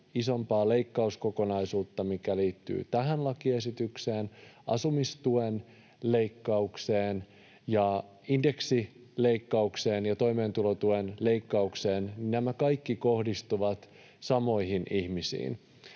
isompaa leikkauskokonaisuutta, mitkä liittyvät tähän lakiesitykseen — asumistuen leikkaukseen ja indeksileikkaukseen ja toimeentulotuen leikkaukseen — kohdistuvat samoihin ihmisiin: